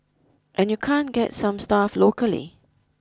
and you can't get some stuff locally